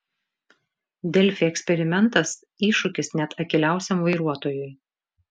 delfi eksperimentas iššūkis net akyliausiam vairuotojui